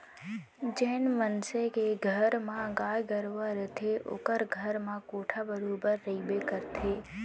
जेन मनसे के घर म गाय गरूवा रथे ओकर घर म कोंढ़ा बरोबर रइबे करथे